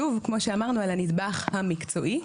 שוב, כמו שאמרנו על הנדבך המקצועי.